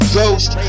ghost